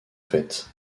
fait